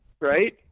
Right